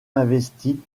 investie